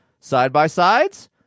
side-by-sides